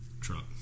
Truck